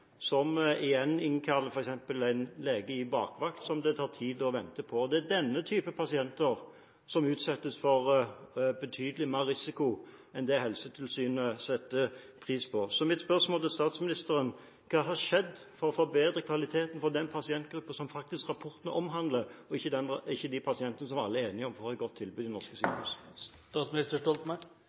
som igjen innkaller en lege i bakvakt, som det tar tid å vente på. Det er denne type pasienter som utsettes for betydelig mer risiko enn det Helsetilsynet setter pris på. Så mitt spørsmål til statsministeren er: Hva har skjedd med å forbedre kvaliteten for den pasientgruppen som rapportene faktisk omhandler, og ikke de pasientene som alle er enige om at får et godt tilbud ved norske sykehus?